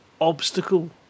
obstacle